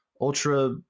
ultra